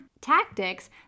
tactics